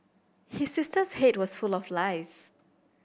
his sister's head was full of lice